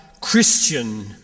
Christian